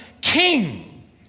king